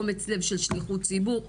אומץ לב של שליחות ציבור,